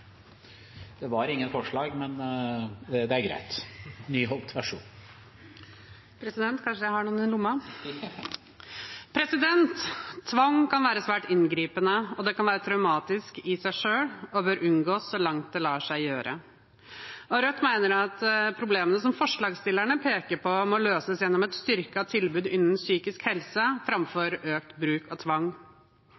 det kan være traumatisk i seg selv og bør unngås så langt det lar seg gjøre. Rødt mener at problemet som forslagsstillerne peker på, må løses gjennom et styrket tilbud innen psykisk helse